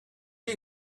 you